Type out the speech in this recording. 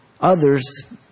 others